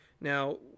Now